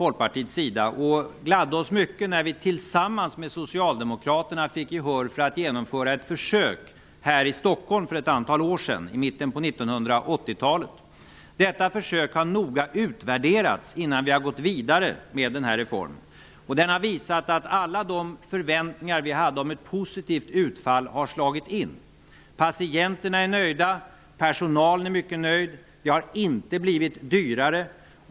Vi gladde oss mycket när vi tillsammans med Socialdemokraterna fick gehör för att genomföra ett försök här i Stockholm för ett antal år sedan, i mitten på 1980-talet. Detta försök har noga utvärderats innan vi har gått vidare med reformen. Det har visat att alla de förväntningar vi hade om ett positivt utfall har slagit in. Patienterna är nöjda. Personalen är mycket nöjd. Det har inte blivit dyrare.